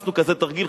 חיפשנו כזה תרגיל.